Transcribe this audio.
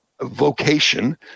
vocation